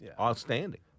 Outstanding